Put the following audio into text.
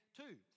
two